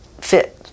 fit